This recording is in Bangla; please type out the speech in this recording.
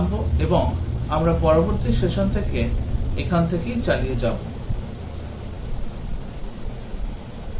Glossary English Word Word Meaning Test data test data পরীক্ষা তথ্য positive test case positive test case positive পরীক্ষা ঘটনা negative test case negative test case negative পরীক্ষা ঘটনা